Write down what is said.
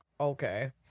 Okay